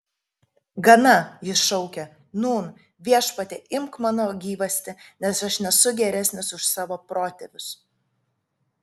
gana jis šaukė nūn viešpatie imk mano gyvastį nes aš nesu geresnis už savo protėvius